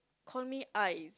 call me Ais